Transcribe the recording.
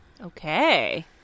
Okay